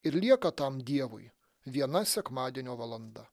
ir lieka tam dievui viena sekmadienio valanda